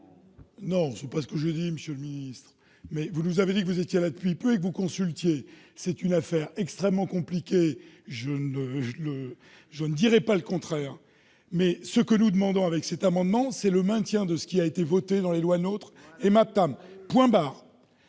Non, ce n'est pas ce que j'ai dit, monsieur le ministre ! Vous nous avez dit que vous étiez là depuis peu et que vous consultiez. C'est une affaire extrêmement compliquée, je ne dirai pas le contraire. Ce que nous demandons avec cet amendement, c'est le maintien de ce qui a été voté dans les lois NOTRe et MAPTAM, point barre